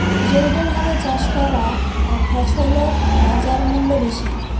জৈবভাবে চাষ করা ফছলত বাজারমূল্য বেশি